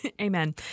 Amen